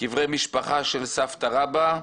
קברי משפחה של סבתא רבא,